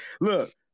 look